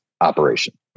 operation